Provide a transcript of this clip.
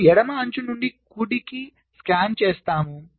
మన ఎడమ అంచు నుండి కుడికి స్కాన్ చేస్తాము